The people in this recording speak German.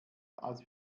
als